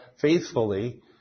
faithfully